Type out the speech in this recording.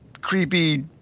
creepy